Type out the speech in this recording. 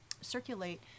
circulate